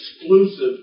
exclusive